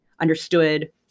understood